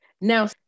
Now